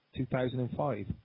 2005